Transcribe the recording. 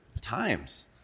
times